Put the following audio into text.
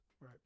Right